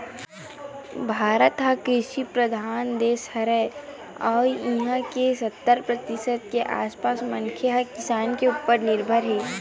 भारत ह कृषि परधान देस हरय अउ इहां के सत्तर परतिसत के आसपास मनखे ह किसानी के उप्पर निरभर हे